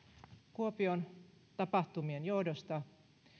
kuopion tapahtumien johdosta